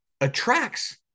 attracts